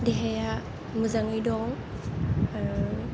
देहाया मोजाङै दं